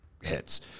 hits